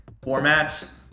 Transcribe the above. formats